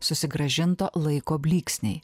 susigrąžinto laiko blyksniai